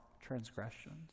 transgressions